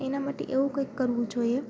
એના માટે એવું કંઈક કરવું જોઈએ